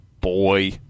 boy